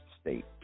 state